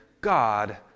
God